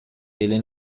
ele